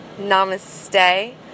Namaste